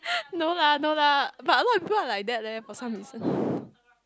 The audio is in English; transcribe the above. no lah no lah but a lot people like that leh for some reason